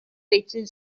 deitzen